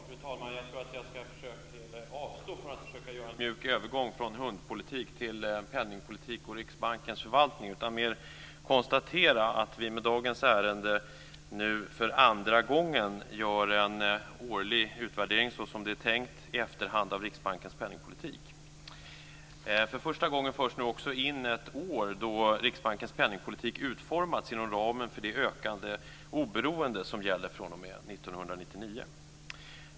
Fru talman! Jag tror att jag ska avstå från att försöka göra en mjuk övergång från hundpolitik till penningpolitik och Riksbankens förvaltning. Jag konstaterar att vi i och med dagens ärende för andra gången gör en årlig utvärdering, så som det är tänkt, i efterhand av Riksbankens penningpolitik. För första gången förs det nu också in ett år då Riksbankens penningpolitik har utformats inom ramen för det ökade oberoende som gäller fr.o.m. 1999.